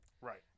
Right